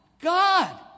God